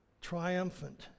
Triumphant